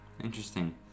Interesting